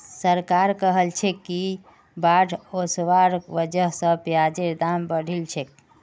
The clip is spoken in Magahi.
सरकार कहलछेक कि बाढ़ ओसवार वजह स प्याजेर दाम बढ़िलछेक